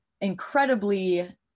incredibly